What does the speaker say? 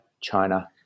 China